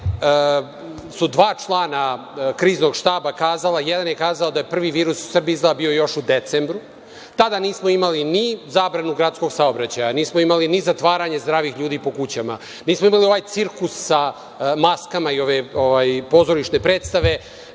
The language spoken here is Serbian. su dva člana Kriznog štaba kazala… Jedan je kazao da je virus bio u Srbiji još u decembru. Tada nismo imali ni zabranu gradskog saobraćaja, ni zatvaranje zdravih ljudi po kućama. Nismo imali ovaj cirkus sa maskama i pozorišne predstave